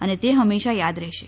અને તે હંમેશા યાદ રહેશે